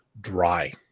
dry